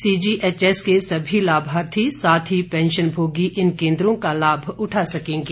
CGHS के सभी लाभार्थी साथ ही पेंशनभोगी इन केंद्रों का लाभ उठा सकेंगे